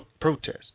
protest